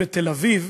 במקום שר הבריאות.